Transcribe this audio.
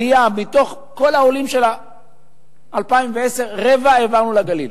עלייה, מתוך כל העולים של 2010, רבע העברנו לגליל.